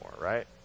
right